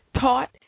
taught